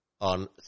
on